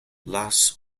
las